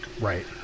right